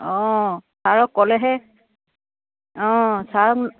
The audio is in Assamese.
অঁ ছাৰ ক'লেহে অঁ ছাৰক